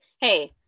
hey